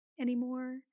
anymore